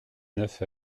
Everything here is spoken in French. neuf